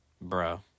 Bro